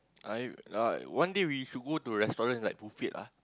I I one day we should go to restaurants like buffet ah